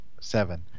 seven